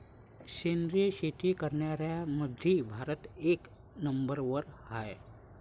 सेंद्रिय शेती करनाऱ्याईमंधी भारत एक नंबरवर हाय